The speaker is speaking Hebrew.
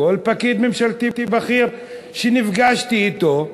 כל פקיד ממשלתי בכיר שנפגשתי אתו,